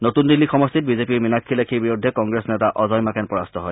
নতুন দিল্লী সমষ্টিত বিজেপিৰ মীনাক্ষী লেখীৰ বিৰুদ্ধে কংগ্ৰেছ নেতা অজয় মাকেন পৰাস্ত হয়